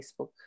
Facebook